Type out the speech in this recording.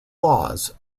laws